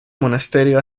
monasterio